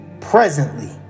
presently